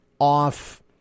off